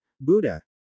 Buddha